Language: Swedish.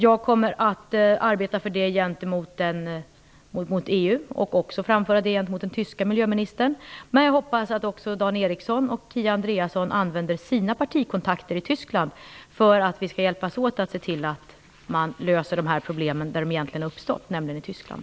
Jag kommer att arbeta för detta gentemot EU. Jag kommer också att framföra det till den tyska miljöministern. Jag hoppas att också Dan Ericsson och Kia Andreasson använder sina partikontakter i Tyskland så att vi hjälps åt med att se till problemen löses där de har uppstått, alltså i Tyskland.